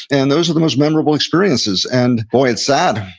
and those are the most memorable experiences. and boy, it's sad.